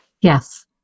yes